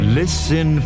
listen